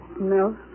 No